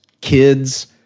kids